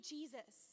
Jesus